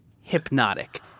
hypnotic